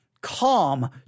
calm